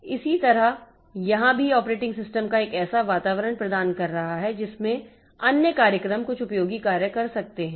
तो इसी तरह यहाँ भी ऑपरेटिंग सिस्टम एक ऐसा वातावरण प्रदान कर रहा है जिसमें अन्य कार्यक्रम कुछ उपयोगी कार्य कर सकते हैं